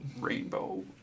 Rainbow